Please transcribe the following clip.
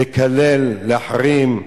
לקלל, להחרים,